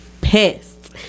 pissed